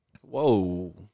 Whoa